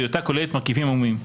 בהיותה כוללת מרכיבים עמומים.